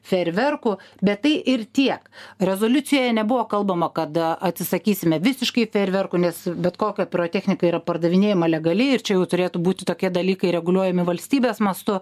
fejerverkų bet tai ir tiek rezoliucijoje nebuvo kalbama kad atsisakysime visiškai fejerverkų nes bet kokia pirotechnika yra pardavinėjama legaliai ir čia jau turėtų būti tokie dalykai reguliuojami valstybės mastu